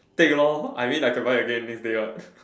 take a long I mean I can buy again next day what